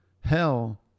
Hell